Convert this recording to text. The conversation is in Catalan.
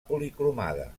policromada